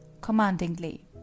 Commandingly